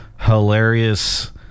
hilarious